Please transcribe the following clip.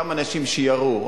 אותם אנשים שירו,